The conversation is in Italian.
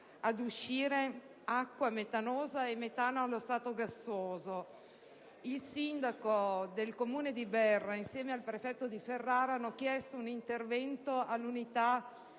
ad uscire acqua metanosa e metano allo stato gassoso. Il sindaco del Comune di Berra, insieme al prefetto di Ferrara, ha chiesto un intervento all'unità